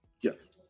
Yes